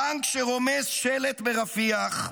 טנק שרומס שלט ברפיח,